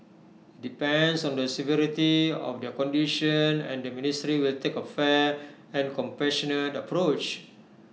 depends on the severity of their condition and the ministry will take A fair and compassionate approach